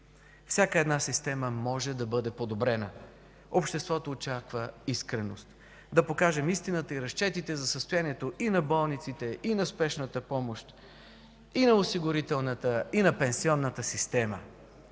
Всяка една система може да бъде подобрена. Обществото очаква искреност. Да покажем истината и разчетите за състоянието и на болниците, и на Спешната помощ, и на осигурителната, и на пенсионната система,